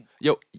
yo